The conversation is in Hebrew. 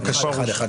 בבקשה.